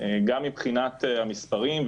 גם מבחינת המספרים,